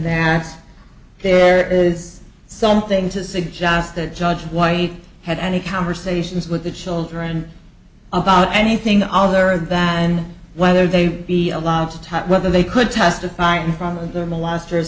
that there is something to suggest that judge white had any conversations with the children about anything other than whether they be allowed to touch whether they could testify in front of their molesters